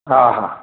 हा हा